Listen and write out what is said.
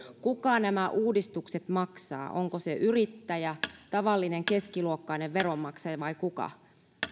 kuka nämä uudistukset maksaa onko se yrittäjä tavallinen keskiluokkainen veronmaksaja vai kuka